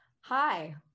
Hi